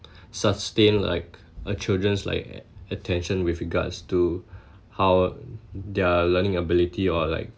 sustain like a children's like attention with regards to how their learning ability or like